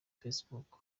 facebook